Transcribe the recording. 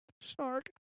snark